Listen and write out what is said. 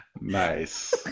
Nice